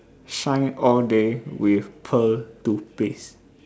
shine all day with pearl toothpaste